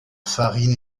farine